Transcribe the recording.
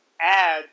add